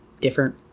different